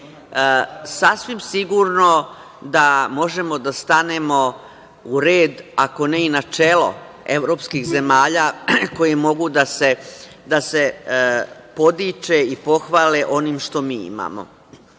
Sasvim sigurno da možemo da stanemo u red ako ne i na čelo evropskih zemalja koje mogu da se podiče i pohvale onim što mi imamo